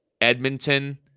Edmonton